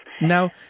Now